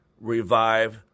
revive